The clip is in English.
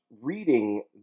reading